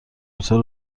بطور